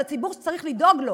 זה ציבור שצריך לדאוג לו.